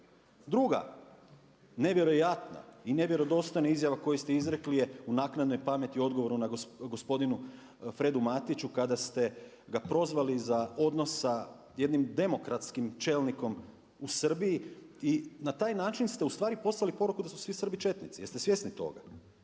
Druga, nevjerojatna i nevjerodostojna izjava koju ste izrekli je u naknadnoj pameti odgovoru gospodinu Fredu Matiću kada ste ga prozvali za odnos sa jednim demokratskim čelnikom u Srbiji i na taj način ste poslali poruku da su svi Srbi četnici. Jeste svjesni toga?